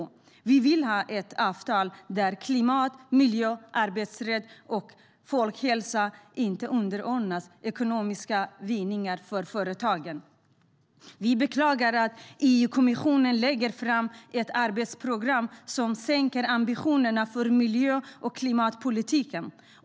Vi vill ha ett avtal där klimat, miljö, arbetsrätt och folkhälsa inte underordnas ekonomiska vinningar för företagen. Vi beklagar att EU-kommissionen lägger fram ett arbetsprogram som sänker ambitionerna för miljö och klimatpolitiken.